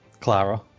Clara